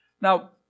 Now